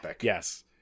Yes